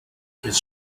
his